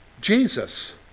Jesus